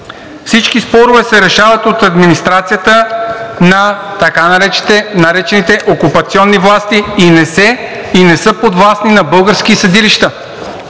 Всички спорове се решават от администрацията на така наречените окупационни власти и не са подвластни на български съдилища.